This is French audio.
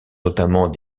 notamment